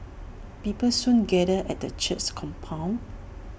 people soon gathered at the church's compound